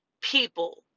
people